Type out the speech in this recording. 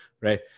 Right